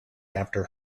after